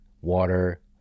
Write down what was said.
water